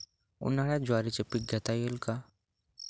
उन्हाळ्यात ज्वारीचे पीक घेता येईल का?